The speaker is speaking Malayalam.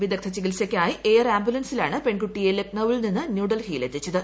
വിദ്ഗദ്ധ ചികിൽസയ്ക്കായി എയർ ആംബുലൻസിലാണ് പെൺകുട്ടിയെ ലഖ്നൌവിൽ നിന്ന് ന്യൂഡൽഹിയിൽ എത്തിച്ചത്